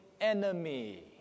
enemy